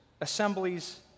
assemblies